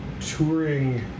touring